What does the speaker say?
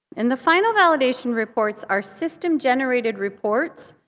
and the final validation reports are system-generated reports.